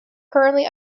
currently